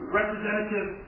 representative